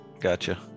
Gotcha